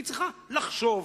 היא צריכה לחשוב.